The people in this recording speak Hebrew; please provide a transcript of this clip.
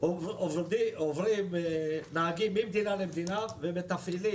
הוא שנהגים באירופה ובארצות-הברית עוברים ממדינה למדינה ומתפעלים.